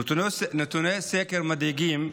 נתוני סקר מדאיגים,